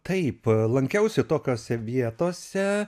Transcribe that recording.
taip lankiausi tokiose vietose